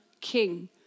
king